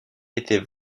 était